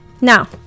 Now